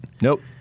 Nope